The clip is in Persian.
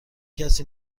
کسی